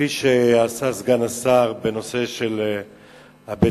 וכפי שעשה סגן השר בנושא של בית-החולים